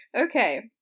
Okay